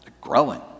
growing